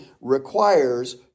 requires